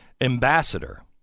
ambassador